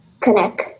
connect